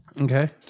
Okay